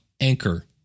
Anchor